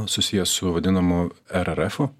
susijęs su vadinamu ererefu